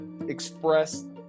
express